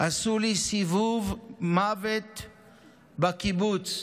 עשו לי סיבוב מוות בקיבוץ,